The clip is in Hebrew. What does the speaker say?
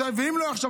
ואם לא יחשוב,